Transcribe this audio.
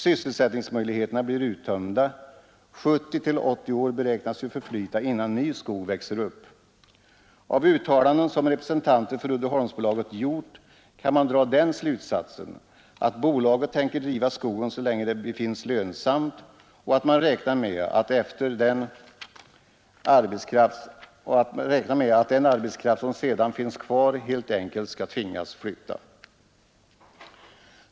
Sysselsättningsmöjligheterna blir uttömda — 70—80 år beräknas ju förflyta innan ny skog växer upp. Av uttalanden som representanter för Uddeholmsbolaget gjort kan man dra den slutsatsen att bolaget tänker driva skogen så länge det befinns lönsamt och att man räknar med att den arbetskraft som sedan finns kvar helt enkelt skall tvingas flytta.